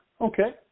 Okay